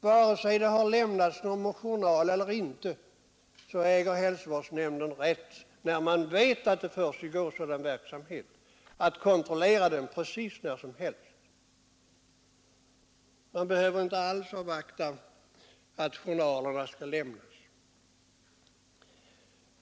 Oavsett om det har lämnats någon journal eller inte äger alltså hälsovårdsnämnden rätt att när som helst företa dylik kontroll, när man vet att en verksamhet av detta slag bedrivs. Man behöver inte avvakta avlämnandet av någon journal i det fallet.